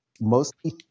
mostly